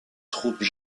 troupes